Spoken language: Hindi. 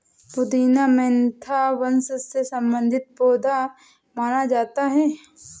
पुदीना मेंथा वंश से संबंधित पौधा माना जाता है